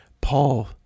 Paul